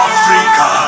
Africa